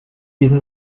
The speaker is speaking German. diesen